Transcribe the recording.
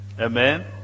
Amen